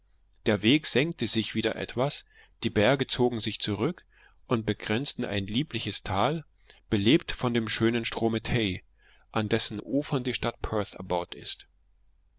der weg senkte sich wieder etwas die berge zogen sich zurück und begrenzten ein liebliches tal belebt von dem schönen strome tay an dessen ufern die stadt perth erbaut ist